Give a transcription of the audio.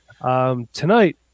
tonight